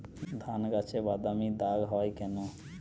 ধানগাছে বাদামী দাগ হয় কেন?